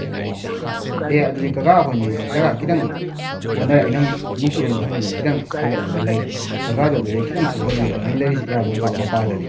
ꯑꯣ ꯑꯦ ꯑꯗꯨꯗꯤ ꯀꯀꯥ ꯑꯩꯈꯣꯏꯅꯤ ꯖꯒꯥ ꯈꯤꯇꯪ ꯑꯣꯟꯅꯔꯦ ꯑꯩꯅ ꯅꯣꯡꯆꯨꯞꯂꯣꯝ ꯊꯪꯕꯗ ꯈꯤꯇꯪ ꯍꯥꯏꯒꯠꯂꯒ ꯂꯩꯔꯦ ꯀꯀꯥ ꯑꯗꯨꯗꯒꯤ ꯈꯤꯇꯪ ꯊꯧꯗꯕꯤꯛꯑꯣ ꯑꯩꯅ ꯂꯩꯔꯤꯁꯤ ꯑꯦꯔꯥꯕꯣꯠ ꯄꯥꯛ ꯃꯄꯥꯗꯅꯤ